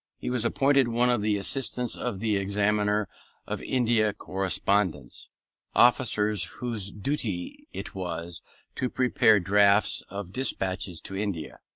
he was appointed one of the assistants of the examiner of india correspondence officers whose duty it was to prepare drafts of despatches to india,